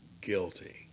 guilty